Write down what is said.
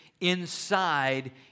inside